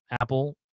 Apple